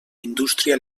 indústria